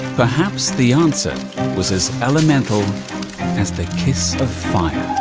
perhaps the answer was as elemental as the kiss of fire.